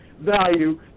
value